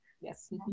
Yes